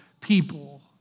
people